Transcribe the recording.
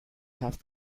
have